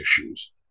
issues